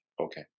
Okay